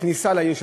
כניסה לעיר,